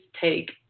take